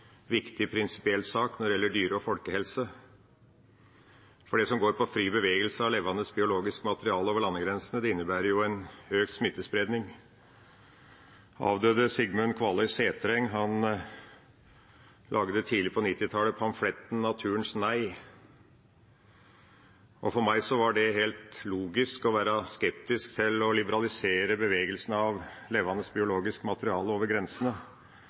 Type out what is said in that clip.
viktig prinsipiell sak når det gjelder dyre- og folkehelse, for det som går på fri bevegelse av levende biologisk materiale over landegrensene, innebærer jo en høy smittespredning. Avdøde Sigmund Kvaløy Setreng lagde tidlig på 1990-tallet pamfletten «Naturens nei». For meg var det helt logisk å være skeptisk til å liberalisere bevegelsen av levende biologisk materiale over grensene